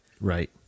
Right